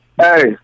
Hey